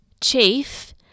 chief